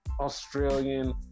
Australian